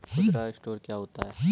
खुदरा स्टोर क्या होता है?